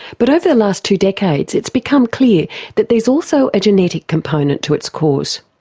but over the last two decades it's become clear that there's also a genetic component to its cause.